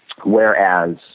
whereas